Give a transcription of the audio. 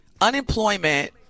unemployment